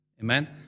amen